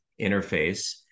interface